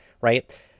right